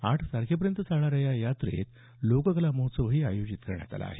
आठ तारखेपर्यंत चालणाऱ्या या यात्रेत लोककला महोत्सवही आयोजित करण्यात आला आहे